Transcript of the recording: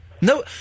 No